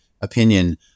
opinion